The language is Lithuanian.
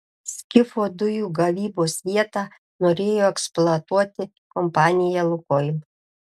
skifo dujų gavybos vietą norėjo eksploatuoti kompanija lukoil